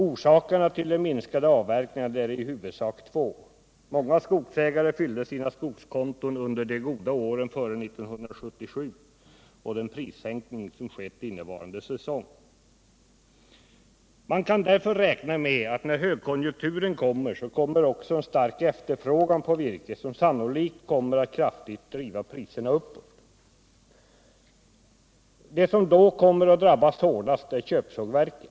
Orsakerna till de minskade avverkningarna är i huvudsak två. Många skogsägare fyllde sina skogskonton under de goda åren före 1977 och före den prissänkning som skett innevarande säsong. Man kan därför räkna med att när högkonjunkturen kommer, så kommer - Nr 107 också en stark efterfrågan på virke, som sannolikt kommer att kraftigt driva Måndagen den priserna uppåt. De som då kommer att drabbas hårdast är köpsågverken.